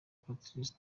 patrice